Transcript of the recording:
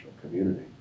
community